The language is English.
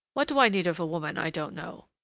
what do i need of a woman i don't know!